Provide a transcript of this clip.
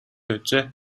байжээ